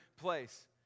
place